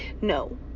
no